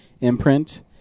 imprint